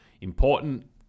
important